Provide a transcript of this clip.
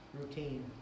routine